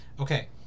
okay